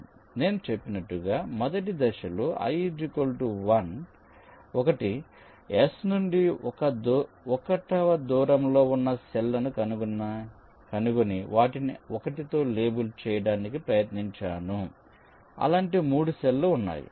నేను చెప్పినట్లుగా మొదటి దశలో i 1 S నుండి 1 దూరంలో ఉన్న సెల్ లను కనుగొని వాటిని 1 తో లేబుల్ చేయడానికి ప్రయత్నించాను అలాంటి 3 సెల్ లు ఉన్నాయి